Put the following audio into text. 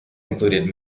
included